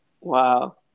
Wow